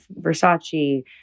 Versace